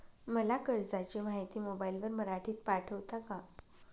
मला कर्जाची माहिती मोबाईलवर मराठीत पाठवता का?